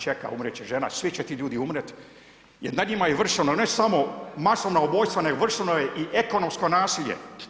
Čeka, umrijet će žena, svi će ti ljudi umrijet jer nad njima je vršeno ne samo masovna ubojstva nego vršeno je i ekonomsko nasilje.